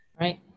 Right